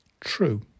true